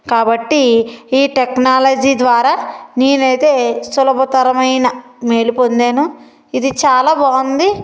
కాబట్టి ఈ టెక్నాలజీ ద్వారా నేనైతే సులభతరమైన మేలు పొందాను ఇది చాలా బాగుంది